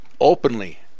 openly